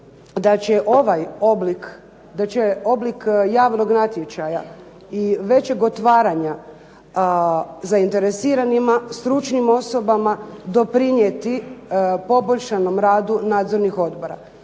da će oblik javnog natječaja i većeg otvaranja zainteresiranima, stručnim osobama doprinijeti poboljšanom radu nadzornih odbora.